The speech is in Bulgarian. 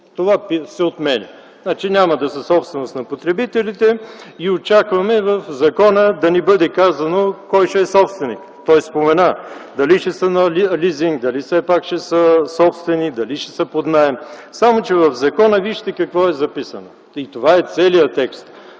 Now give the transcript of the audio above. това се отменя. Значи, няма да са собственост на потребителите. Очакваме в закона да ни бъде казано кой ще е собственик. Той спомена, но дали ще са на лизинг, дали ще са собствени, дали ще са под наем? Само че, в закона вижте какво е записано, и това е целият текст,